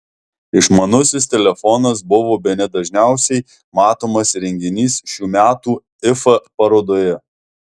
išmanusis telefonas buvo bene dažniausiai matomas įrenginys šių metų ifa parodoje